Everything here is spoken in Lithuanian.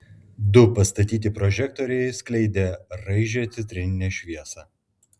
du pastatyti prožektoriai skleidė raižią citrininę šviesą